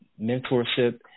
mentorship